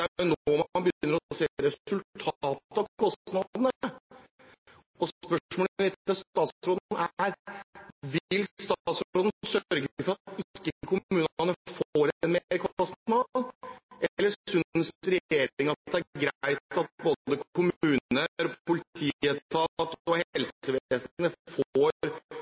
nå man begynner å se resultatet av kostnadene. Og spørsmålet mitt til statstråden er: Vil statsråden sørge for at kommunene ikke får en merkostnad, eller synes regjeringen det er greit at både kommuner, politietat og